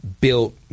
built